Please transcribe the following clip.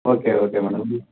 okay okay madam இது